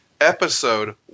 episode